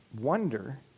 wonder